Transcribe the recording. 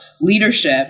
leadership